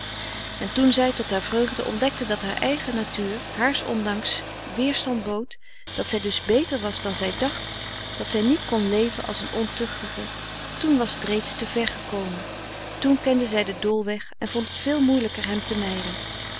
en toen zij tot haar vreugde ontdekte dat haar eigen natuur haars ondanks weerstand bood dat zij dus beter was dan zij dacht dat zij niet kon leven als een ontuchtige toen was het reeds te ver gekomen toen kende zij den doolweg en vond het veel moeilijker hem